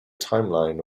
timeline